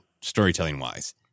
storytelling-wise